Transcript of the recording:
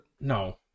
No